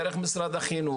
דרך משרד החינוך,